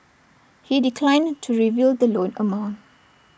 he declined to reveal the loan amount